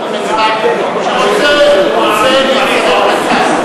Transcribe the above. בבקשה, חבר הכנסת ריבלין.